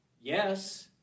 Yes